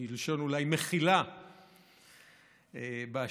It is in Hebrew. אולי מלשון מחילה באשר